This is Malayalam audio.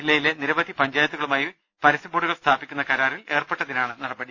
ജില്ലയിലെ നിരവധി പഞ്ചായത്തുകളുമായി പരസ്യബോർഡുകൾ സ്ഥാപിക്കുന്ന കരാറിൽ ഏർപ്പെ ട്ടതിനാണ് നടപടി